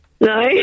No